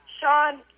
Sean